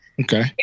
Okay